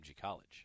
College